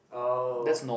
oh